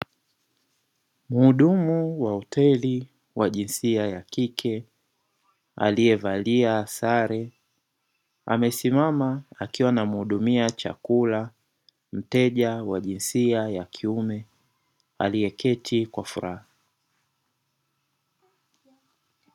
Mhudumu wa hoteli wa jinsia ya kike; aliyevalia sare, amesimama akiwa anamhudumia chakula mteja wa jinsia ya kiume, aliyeketi kwa furaha.